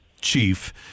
Chief